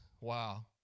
Wow